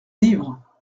livre